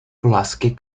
pulaski